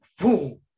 boom